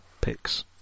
picks